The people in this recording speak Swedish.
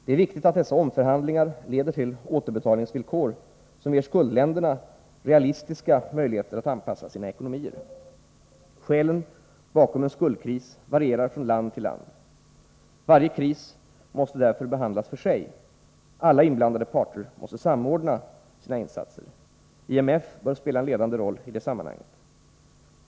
Det är viktigt att dessa omförhandlingar leder till återbetalningsvillkor som ger skuldländerna realistiska möjligheter att anpassa sina ekonomier. Skälen bakom en skuldkris varierar från land till land. Varje kris måste därför behandlas för sig, alla inblandade parter måste samordna sina insatser. IMF bör spela en ledande roll i detta sammanhang.